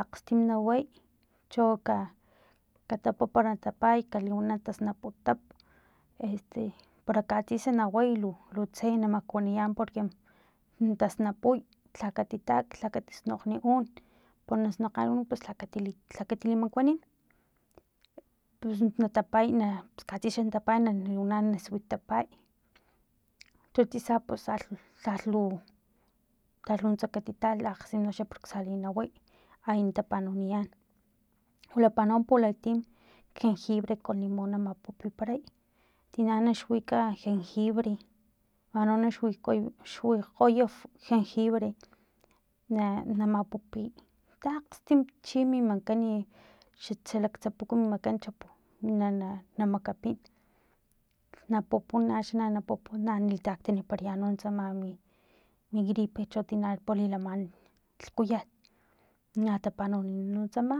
akgstim na way cho k katapapar pa natapay ka liwana tasnapu este para katsisa na way lu tse na makuaniya porque na tasnapuy lha kati tak lha katisnukgt un panasnokgan un pus lhatati lhakatilimakuanin pus natapay pus katsisa xa na tapay na liwana na swit tapay cho tsisa pus lhalhlu lhalhlu nuntsa katital tlakgtse proxalin naway ay na tapanuniyan wilapa no pulaktim jenjibre con limon mapupiparay tina na xuika jenjibre man no ma suikgoy suikgoy jenjibre na namapupiy akgstin chi mi makan xalak tsapuk mi makan xa na na makapin na pupu axni na pupu na taktaniparayan tsama mi mi gripe cho tina lilaman lhkuyat natapanunino tsama